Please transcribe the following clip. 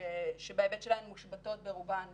שבהיבט שלנו מושבתות ברובן